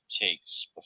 takes